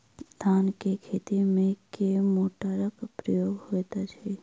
धान केँ खेती मे केँ मोटरक प्रयोग होइत अछि?